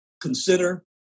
consider